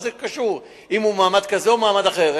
מה זה קשור אם הוא במעמד כזה או במעמד אחר?